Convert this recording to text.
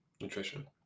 Nutrition